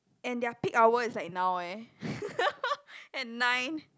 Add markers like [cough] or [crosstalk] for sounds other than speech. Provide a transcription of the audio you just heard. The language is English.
and their peak hour is like now eh [laughs] at nine